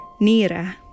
Nira